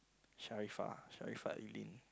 Sharifah Sharifah